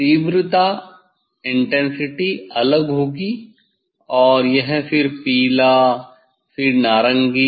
तीव्रता अलग होगी और यह फिर पीला फिर नारंगी